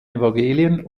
evangelien